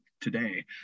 today